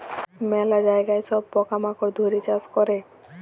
ম্যালা জায়গায় সব পকা মাকড় ধ্যরে চাষ ক্যরে